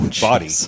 body